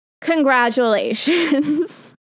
Congratulations